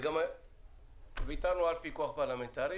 ויתרנו על פיקוח פרלמנטרי,